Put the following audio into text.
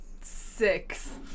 six